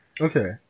okay